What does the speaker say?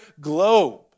globe